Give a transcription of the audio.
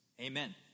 amen